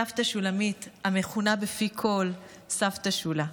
סבתא שולמית, המכונה בפי כול "סבתא שולה",